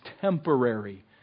temporary